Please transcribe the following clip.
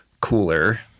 cooler